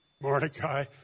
Mordecai